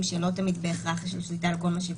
אומנם עם תיירים שהם כן מחוסנים,